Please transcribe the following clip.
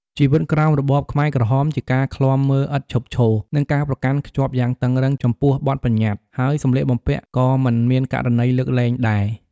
ជីវិតក្រោមរបបខ្មែរក្រហមជាការឃ្លាំមើលឥតឈប់ឈរ និងការប្រកាន់ខ្ជាប់យ៉ាងតឹងរ៉ឹងចំពោះបទប្បញ្ញត្តិ ហើយសម្លៀកបំពាក់ក៏មិនមានករណីលើកលែងដែរ។